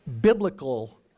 biblical